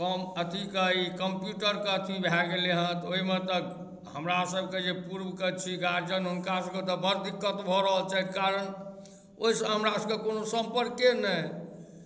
कोन अथी चाही कम्प्यूटरके अथी भए गेलइ हन ओइमे तऽ हमरा सबके जे पूर्वके गार्जियन छी हुनका सबके बड़ दिक्कत भऽ रहल छनि कारण ओइसँ हमरा सबके कोनो सम्पर्के नहि